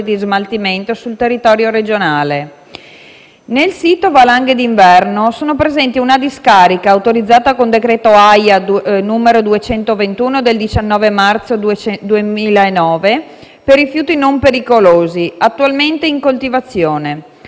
di smaltimento sul territorio regionale. Nel sito Valanghe d'inverno sono presenti una discarica, autorizzata con decreto AIA n. 221 del 19 marzo 2009, per rifiuti non pericolosi, attualmente in coltivazione,